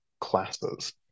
classes